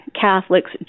Catholics